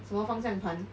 什么方向盘